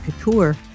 Couture